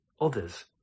others